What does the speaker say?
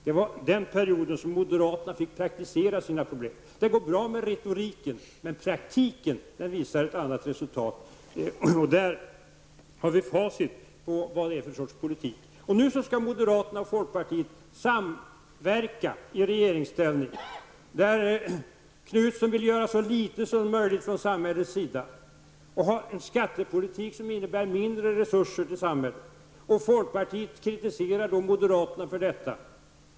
Det var under den perioden som moderaterna fick praktisera sin politik. Det går bra med retoriken, men praktiken visar ett annat resultat. Vi har facit som visar vad det är för sorts politik. Nu skall moderaterna och folkpartiet samverka i regeringsställning. Göthe Knutson vill att man skall göra så litet som möjligt från samhällets sida, och ha en skattepolitik som innebär mindre resurser till samhället. Folkpartiet kritiserar moderaterna för detta.